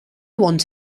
want